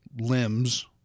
limbs